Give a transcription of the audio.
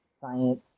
science